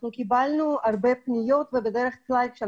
אנחנו קיבלנו הרבה פניות ובדרך כלל כאשר